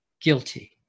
guilty